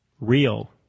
real